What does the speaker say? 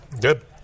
Good